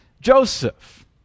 Joseph